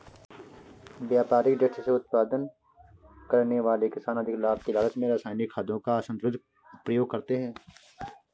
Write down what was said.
व्यापारिक दृष्टि से उत्पादन करने वाले किसान अधिक लाभ के लालच में रसायनिक खादों का असन्तुलित प्रयोग करते हैं